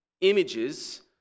images